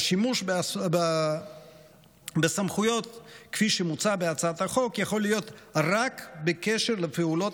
השימוש בסמכויות כפי שמוצע בהצעת החוק יכול להיות רק בקשר לפעולות